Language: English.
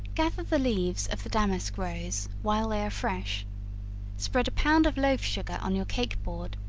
gather the leaves of the damask rose, while they are fresh spread a pound of loaf-sugar on your cake-board,